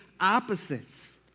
opposites